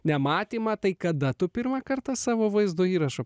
nematymą tai kada tu pirmą kartą savo vaizdo įrašą